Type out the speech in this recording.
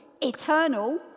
eternal